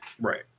Right